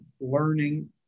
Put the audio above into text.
learning